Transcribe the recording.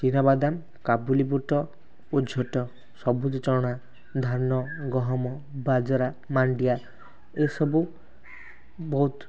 ଚିନାବାଦାମ୍ କାବୁଲି ବୁଟ ଓ ଝୋଟ ସବୁଜ ଚଣା ଧାନ ଗହମ ବାଜର ମାଣ୍ଡିଆ ଏ ସବୁ ବହୁତ